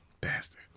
Bastard